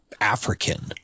african